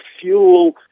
fuel